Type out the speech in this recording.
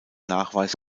nachweis